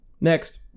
Next